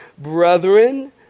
Brethren